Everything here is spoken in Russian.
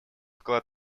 вклад